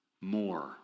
more